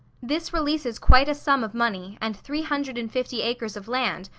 this releases quite a sum of money, and three hundred and fifty acres of land,